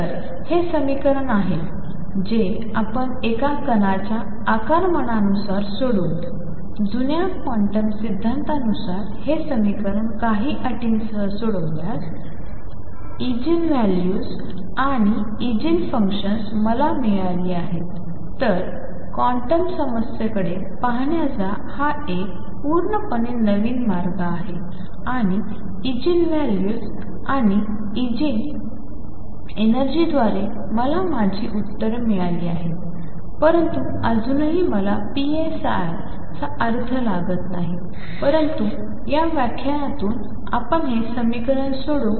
तर हे समीकरण आहे जे आपण एका कणाच्या आकारमानानुसार सोडवू जुन्या क्वांटम सिद्धांतानुसार हे समीकरण काही अटींसह सोडविण्यास ईजीन व्हॅल्यूज आणि ईजीन फंक्शन्स मला मिळाली आहेत तर क्वांटम समस्येकडे पाहण्याचा हा एक पूर्णपणे नवीन मार्ग आहे आणि ईजीन व्हॅल्यूज आणि ईजीन एनर्जीद्वारे मला माझी उत्तरे मिळाली आहेत परंतु अजूनही मला psi चा अर्थ लागत नाही परंतु या व्याख्यानातून आपण हे समीकरण सोडवू